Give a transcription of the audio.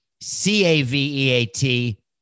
C-A-V-E-A-T